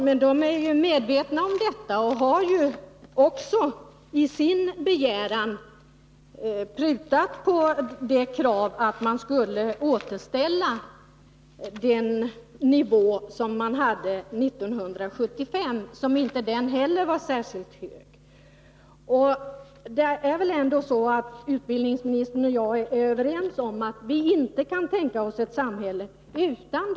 Hela den statliga sektorn är nu föremål för nödvändiga besparingsåtgärder. Inom kulturområdet leder dessa generella besparingskrav emellertid till att museerna och arkiven i vissa fall drabbas ända upp till tre å fyra gånger så hårt som flertalet övriga statliga myndigheter och verk — i den första besparingsetappen.